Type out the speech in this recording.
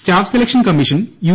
staff selection commission U